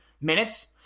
minutes